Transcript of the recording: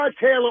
Taylor